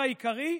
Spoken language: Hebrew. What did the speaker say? התיירות,